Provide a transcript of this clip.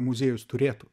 muziejus turėtų